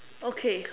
okay